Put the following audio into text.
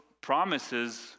promises